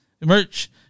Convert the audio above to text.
merch